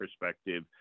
perspective